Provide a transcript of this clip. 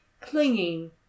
clinging